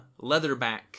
leatherback